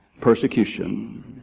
persecution